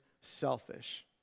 selfish